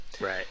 Right